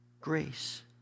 grace